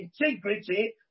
integrity